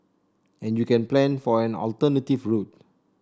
and you can plan for an alternative route